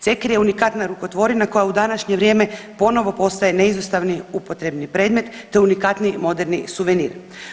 Ceker je unikatna rukotvorina koja u današnje vrijeme ponovno postaje neizostavni upotrebni predmet, te unikatni moderni suvenir.